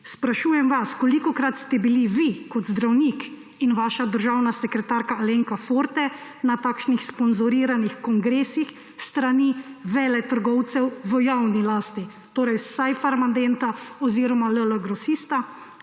Drugič, kolikokrat ste bili vi kot zdravnik in vaša državna sekretarka Alenka Forte na takšnih sponzoriranih kongresih s strani veletrgovcev v javni lasti, torej vsaj Farmadenta oziroma LL Grosista?